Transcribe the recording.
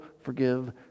forgive